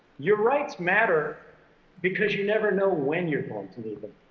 your rights matter because you never know when you're going to need them.